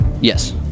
Yes